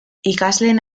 ikasleen